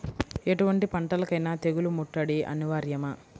ఎటువంటి పంటలకైన తెగులు ముట్టడి అనివార్యమా?